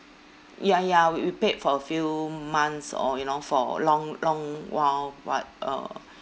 ya ya we we paid for a few months or you know for long long while but uh